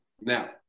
Now